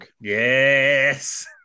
yes